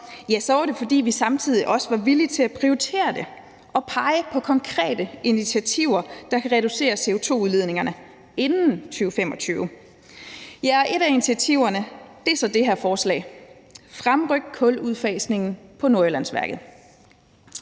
ja, så var det, fordi vi samtidig også var villige til at prioritere det og pege på konkrete initiativer, der kan reducere CO2-udledningerne inden 2025. Ja, og et af initiativerne er så det her forslag: Fremryk kuludfasningen på Nordjyllandsværket.